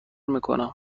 میکنم